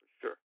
Sure